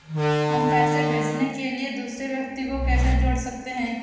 हम पैसे भेजने के लिए दूसरे व्यक्ति को कैसे जोड़ सकते हैं?